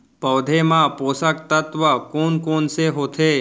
पौधे मा पोसक तत्व कोन कोन से होथे?